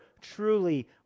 truly